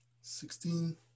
sixteen